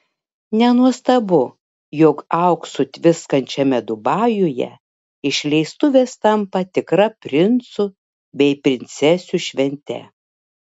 nenuostabu jog auksu tviskančiame dubajuje išleistuvės tampa tikra princų bei princesių švente